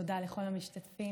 ותודה לכל המשתתפים.